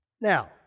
now